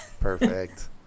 Perfect